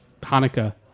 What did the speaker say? Hanukkah